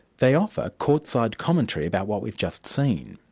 they offer court-side commentary about what we've just seen.